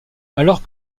alors